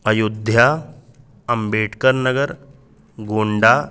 Ayodhya Ambedkarnagar Gonda